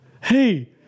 hey